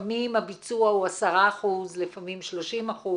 לפעמים הביצוע הוא 10%, לפעמים 30%,